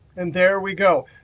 and there we go.